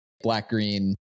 black-green